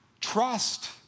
Trust